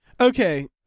okay